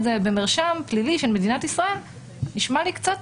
במרשם פלילי של מדינת ישראל זה משהו שנשמע לי קצת בעייתי.